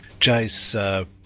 Jace